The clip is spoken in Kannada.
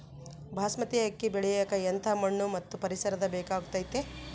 ಬಾಸ್ಮತಿ ಅಕ್ಕಿ ಬೆಳಿಯಕ ಎಂಥ ಮಣ್ಣು ಮತ್ತು ಪರಿಸರದ ಬೇಕಾಗುತೈತೆ?